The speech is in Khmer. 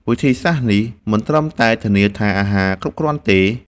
វិធីសាស្រ្តនេះមិនត្រឹមតែធានាថាអាហារគ្រប់គ្រាន់ទេ